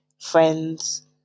friends